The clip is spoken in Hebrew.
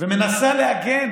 ומנסה להגן